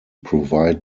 provide